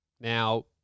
Now